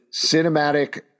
cinematic